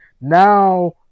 Now